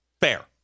Fair